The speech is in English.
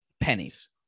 pennies